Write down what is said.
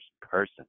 person